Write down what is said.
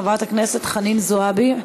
חברת הכנסת חנין זועבי,